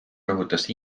rõhutas